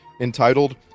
Entitled